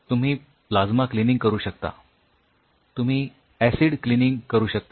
तुम्ही plasma cleaning करू शकता तुम्ही ऍसिड क्लीनिंग करू शकता